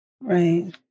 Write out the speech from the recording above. Right